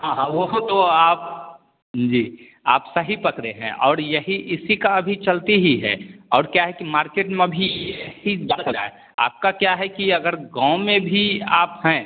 हाँ हाँ वो तो आप जी आप सही पकड़े हैं और यही इसी का अभी चलती ही है और क्या है कि मार्केट में अभी कि ज़्यादा चल रहा है आपका क्या है कि अगर गाँव में भी आप हैं